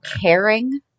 caring